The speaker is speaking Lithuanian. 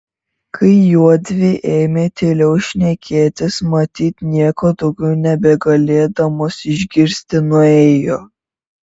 kai juodvi ėmė tyliau šnekėtis matyt nieko daugiau nebegalėdamos išgirsti nuėjo